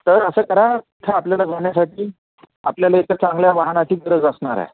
तर असं करा तिथं आपल्याला जाण्यासाठी आपल्याला इथं चांगल्या वाहनाची गरज असणार आहे